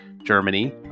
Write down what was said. Germany